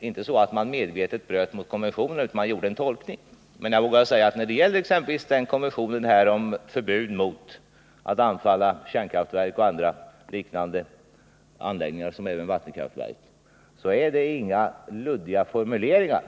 inte medvetet bröt mot konventionerna, utan de gjorde sin tolkning av dem. Men när det gäller exempelvis konventionen om förbud mot att angripa kärnkraftverk och andra, liknande anläggningar som vattenkraftverk finns det inga luddiga formuleringar.